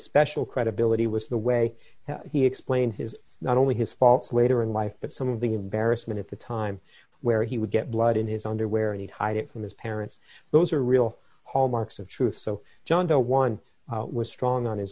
special credibility was the way he explained his not only his faults later in life but some of the embarrassment at the time where he would get blood in his underwear and hide it from his parents those are real hallmarks of truth so john doe one was strong on his